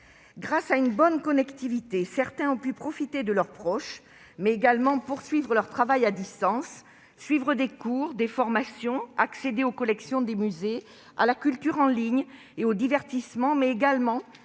Grâce à une bonne connectivité, certains ont pu profiter de leurs proches, mais également poursuivre leur travail à distance, suivre des cours, des formations, accéder aux collections des musées, à la culture en ligne et aux divertissements, ou encore